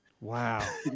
Wow